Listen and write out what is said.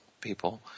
people